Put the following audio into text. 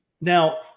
Now